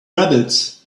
rabbits